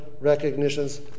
recognitions